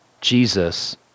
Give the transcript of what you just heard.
Jesus